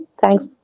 thanks